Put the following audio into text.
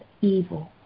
evil